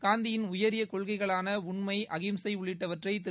காந்தியின் உயரிய கொள்கைகளான உண்மை அஹிம்சை உள்ளிட்டவற்றை திரு